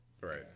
right